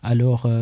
Alors